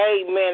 Amen